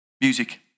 music